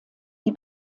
die